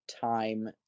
time